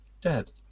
dead